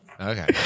Okay